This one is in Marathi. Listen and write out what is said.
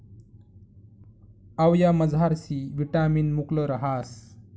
आवयामझार सी विटामिन मुकलं रहास